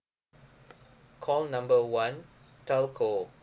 call number one telco